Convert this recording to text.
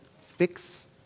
fix